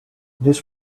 this